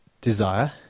desire